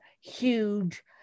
huge